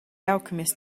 alchemist